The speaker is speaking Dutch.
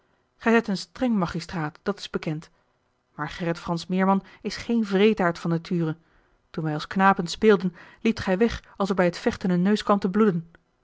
gij zijt een streng magistraat dat is bekend maar gerrit fransz meerman is geen wreedaard van nature toen wij als knapen speelden liept gij weg als er bij t vechten een neus kwam te bloeden